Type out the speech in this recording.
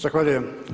Zahvaljujem.